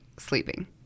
sleeping